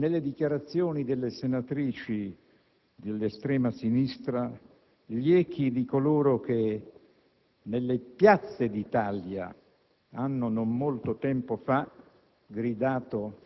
Siamo quindi grati agli Stati Uniti d'America, perché si trovano oggi nel nostro Paese a difenderci contro un'altra forma di grave pericolo,